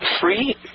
free